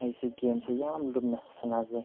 ꯑꯩꯁꯦ ꯒꯦꯝꯁꯦ ꯌꯥꯝ ꯂꯨꯞꯅ ꯁꯥꯟꯅꯖꯩ